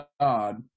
God